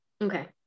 Okay